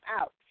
out